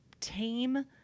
tame